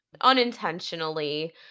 unintentionally